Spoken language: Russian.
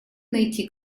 найти